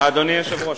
אדוני היושב-ראש.